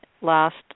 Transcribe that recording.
last